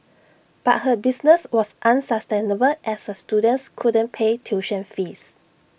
but her business was unsustainable as her students couldn't pay tuition fees